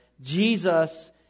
Jesus